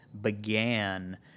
began